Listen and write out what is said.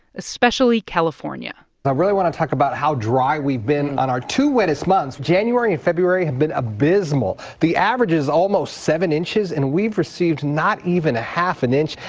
especially california i really want to talk about how dry we've been on our two wettest months. january and february have been abysmal. the average is almost seven inches. and we've received not even a half an inch.